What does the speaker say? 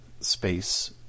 space